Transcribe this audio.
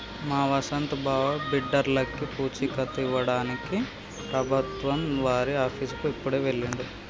మా వసంత్ బావ బిడ్డర్లకి పూచీకత్తు ఇవ్వడానికి ప్రభుత్వం వారి ఆఫీసుకి ఇప్పుడే వెళ్ళిండు